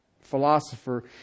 philosopher